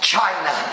China